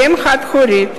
שאם חד-הורית,